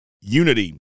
Unity